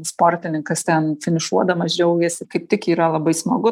sportininkas ten finišuodamas džiaugiasi kaip tik yra labai smagu